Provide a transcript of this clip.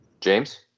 James